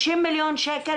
50 מיליון שקל.